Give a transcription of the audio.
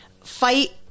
fight